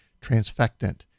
transfectant